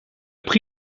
prix